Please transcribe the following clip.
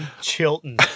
Chilton